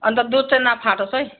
अनि त दुध चाहिँ नफाटोस् है